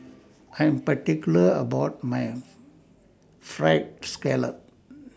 I Am particular about My Fried Scallop